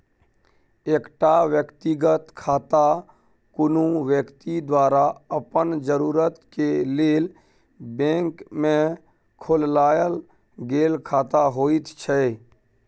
एकटा व्यक्तिगत खाता कुनु व्यक्ति द्वारा अपन जरूरत के लेल बैंक में खोलायल गेल खाता होइत छै